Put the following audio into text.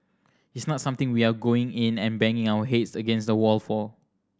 it's not something we are going in and banging our heads against a wall for